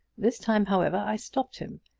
this time, however, i stopped him.